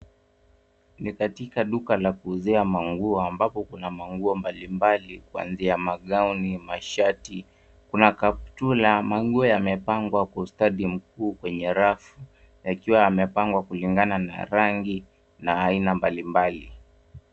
Ni katika duka la kuuzia manguo ambapo kuna manguo mbali mbali, kuanzia magaoni, mashati, kuna kaptula. Manguo yamepangwa kwa ustadi mkuu kwenye rafu, yakiwa yamepangwa kulingana na rangi na aina mbali mbali.